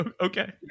okay